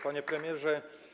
Panie Premierze!